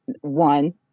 One